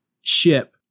ship